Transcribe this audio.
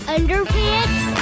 Underpants